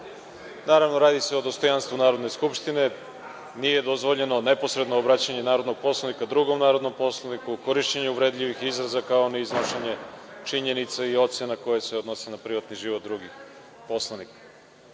Naravno, radi se o dostojanstvu Narodne skupštine – nije dozvoljeno neposredno obraćanje narodnog poslanika drugom narodnom poslaniku, korišćenje uvredljivih izraza, kao i iznošenje činjenica i ocena koje se odnose na privatni život drugih poslanika. Ovo